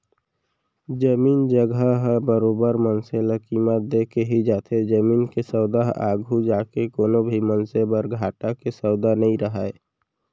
जमीन जघा ह बरोबर मनसे ल कीमत देके ही जाथे जमीन के सौदा ह आघू जाके कोनो भी मनसे बर घाटा के सौदा नइ रहय